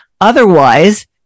Otherwise